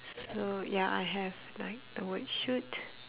so ya I have like the word shoot